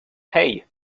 hey